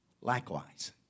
likewise